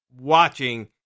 watching